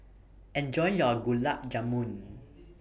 Enjoy your Gulab Jamun